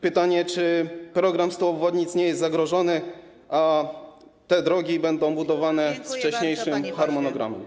Pytanie: Czy program 100 obwodnic nie jest zagrożony, a te drogi będą budowane zgodnie z wcześniejszym harmonogramem?